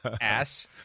Ass